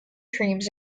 creams